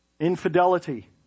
Infidelity